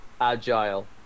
agile